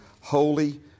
holy